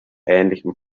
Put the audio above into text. ähnlichem